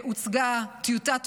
והוצגה טיוטת תוכנית.